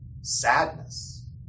sadness